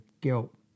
guilt